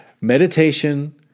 meditation